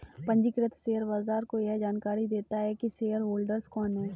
पंजीकृत शेयर व्यापार को यह जानकरी देता है की शेयरहोल्डर कौन है